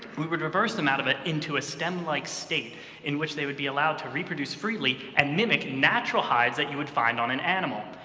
we would reverse them out of it into a stem-like state in which they would be allowed to reproduce freely and mimic natural hides that you would find on an animal.